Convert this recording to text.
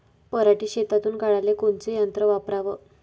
पराटी शेतातुन काढाले कोनचं यंत्र वापराव?